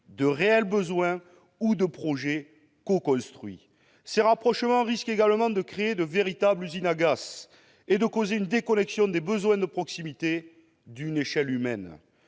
de réels besoins ou de projets coconstruits. Ces rapprochements forcés risquent également de créer de véritables usines à gaz et de causer une déconnexion des besoins de proximité, d'une rupture avec